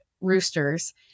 roosters